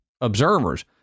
observers